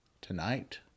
Tonight